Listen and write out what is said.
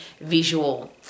visual